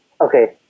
Okay